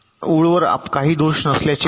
ओळ अवर काही दोष नसल्याचे पहा